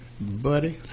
buddy